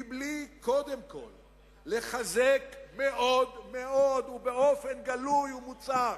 בלי לחזק קודם כול מאוד מאוד ובאופן גלוי ומוצהר,